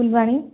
Phulbani